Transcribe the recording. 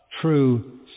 true